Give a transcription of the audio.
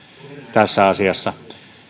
tässä asiassa